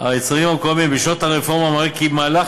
היצרנים המקומיים בשנות הרפורמה מראה כי מהלך